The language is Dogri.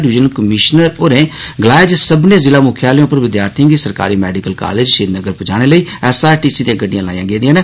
डिविजनल कमिशनर होरें गलाया जे सब्बनें जिला मुख्यालयें उप्पर विद्यार्थिएं गी सरकारी मेडिकल कॉलेज श्रीनगर पजाने लेई एस आर टी सी दियां गड़िडयां लाइयां गेदियां न